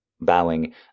Bowing